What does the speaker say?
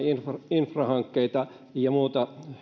infrahankkeita ja muuta